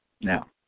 Now